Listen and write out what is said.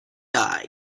eye